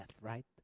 right